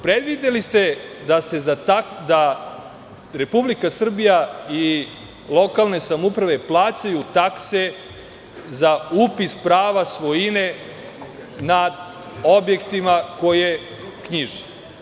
Predvideli ste da Republika Srbija i lokalne samouprave plaćaju takse za upis prava svojine nad objektima koje knjiže.